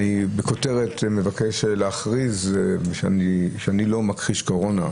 בכותרת אני מבקש להכריז שאני לא מכחיש קורונה,